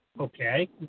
Okay